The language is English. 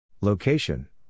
Location